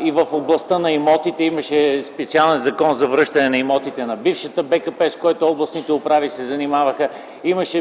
и в областта на имотите имаше специален закон за връщане на имотите на бившата БКП, с което областните управи се занимаваха.